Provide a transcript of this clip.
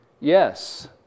Yes